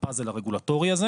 הפאזל הרגולטורי הזה